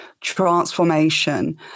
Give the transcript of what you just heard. transformation